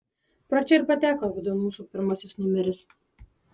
pro čia ir pateko vidun mūsų pirmasis numeris